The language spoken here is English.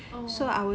oh